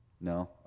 No